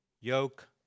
yoke